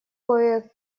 кое